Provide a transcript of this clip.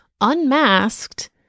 unmasked